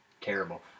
terrible